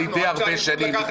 אני די הרבה שנים,